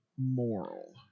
Moral